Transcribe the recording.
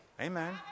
Amen